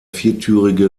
viertürige